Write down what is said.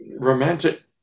romantic